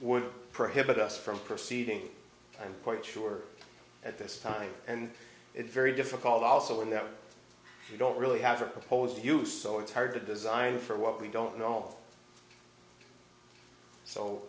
would prohibit us from proceeding i'm quite sure at this time and it's very difficult also in that you don't really have a proposal to do so it's hard to design for what we don't know so